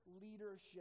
leadership